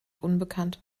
unbekannt